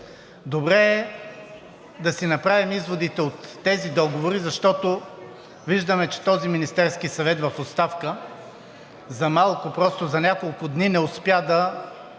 Добре е да си направим изводите от тези договори, защото виждаме, че този Министерски съвет в оставка за малко, просто за няколко дни, не успя да